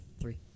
three